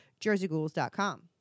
JerseyGhouls.com